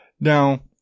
Now